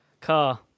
Car